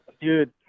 dude